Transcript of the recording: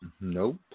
Nope